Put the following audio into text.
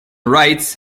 rites